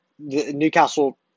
Newcastle